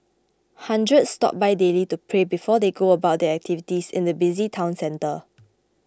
hundreds stop by daily to pray before they go about their activities in the busy town centre